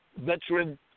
veteran